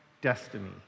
destiny